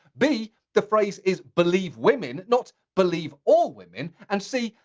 b, the phrase is believe women not believe all women, and c,